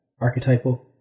Archetypal